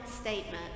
statement